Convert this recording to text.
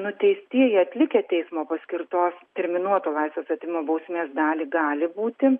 nuteistieji atlikę teismo paskirtos terminuoto laisvės atėmimo bausmės dalį gali būti